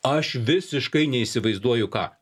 aš visiškai neįsivaizduoju ką